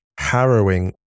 Harrowing